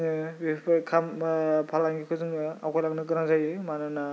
जोङो बेफोर खामानि फालांगिखौ जोङो आवगायलांनो गोनां जायो मानोना